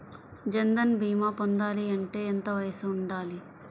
జన్ధన్ భీమా పొందాలి అంటే ఎంత వయసు ఉండాలి?